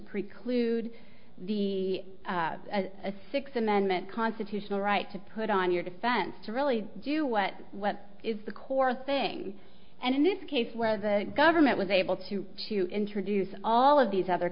preclude the a sixth amendment constitutional right to put on your defense to really do what what is the core thing and in this case where the government was able to to introduce all of these other